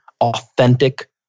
authentic